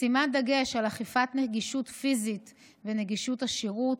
שימת דגש על אכיפת נגישות פיזית ונגישות השירות,